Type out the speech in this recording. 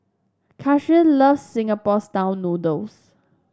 Cassius loves Singapore style noodles